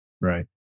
Right